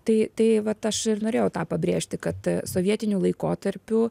tai tai vat aš ir norėjau tą pabrėžti kad sovietiniu laikotarpiu